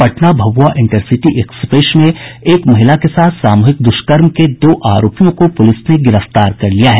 Patna Bhabua intercity express में एक महिला के साथ सामूहिक दुष्कर्म के दो आरोपियों को पुलिस ने गिरफ्तार कर लिया है